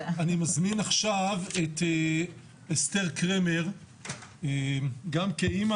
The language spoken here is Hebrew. אני מזמין עכשיו את אסתר קרמר גם כאימא,